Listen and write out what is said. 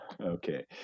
Okay